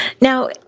Now